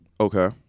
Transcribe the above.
Okay